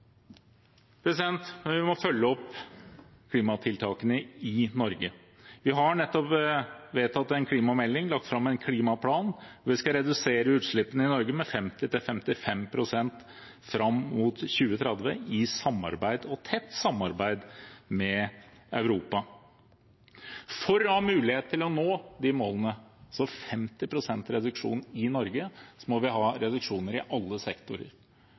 Vi må følge opp klimatiltakene i Norge. Vi har nettopp vedtatt en klimamelding og lagt fram en klimaplan, og vi skal redusere utslippene i Norge med 50–55 pst. fram mot 2030, i samarbeid – tett samarbeid – med Europa. For å ha mulighet til å nå de målene, altså 50 pst. reduksjon i Norge, må vi ha reduksjoner i alle sektorer.